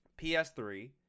PS3